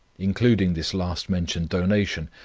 including this last-mentioned donation,